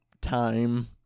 time